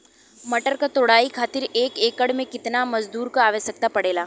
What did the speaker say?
मटर क तोड़ाई खातीर एक एकड़ में कितना मजदूर क आवश्यकता पड़ेला?